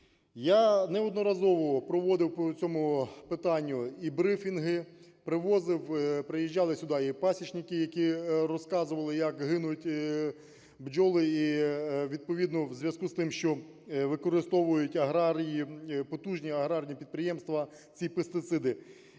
Я неодноразово проводив по цьому питанню і брифінги, привозив, приїжджали сюди і пасічники, які розказували як гинуть бджоли, і відповідно в зв'язку з тим, що використовують аграрії, потужні аграрні підприємства ці пестициди.